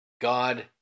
God